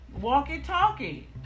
walkie-talkie